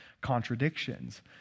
contradictions